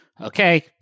Okay